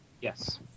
Yes